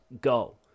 Go